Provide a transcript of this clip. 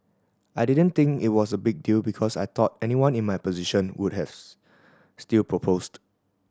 I didn't think it was a big deal because I thought anyone in my position would have still proposed